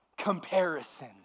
comparison